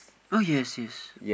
oh yes yes